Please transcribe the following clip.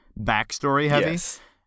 backstory-heavy